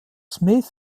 smith